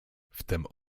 wtem